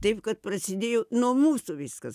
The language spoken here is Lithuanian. taip kad prasidėjo nuo mūsų viskas